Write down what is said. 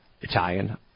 Italian